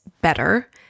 better